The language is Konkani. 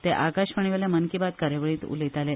ते आकाशवाणी वयल्या मन की बात कार्यावळींत उलयताले